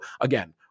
again